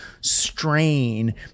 strain